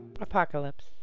Apocalypse